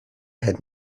had